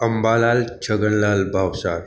Ambalal Chhaganlal Bhavsar